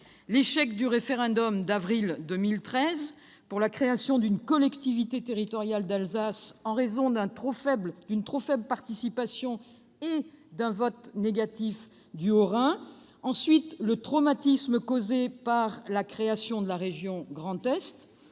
l'échec du référendum d'avril 2013 sur la création d'une collectivité territoriale d'Alsace, en raison d'une trop faible participation et d'un vote négatif du Haut-Rhin ; le traumatisme causé par la création de la région Grand Est